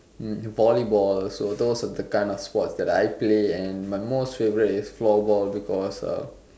volleyballs were those of the sports that I play and my most favourite is floorball because uh